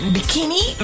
Bikini